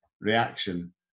reaction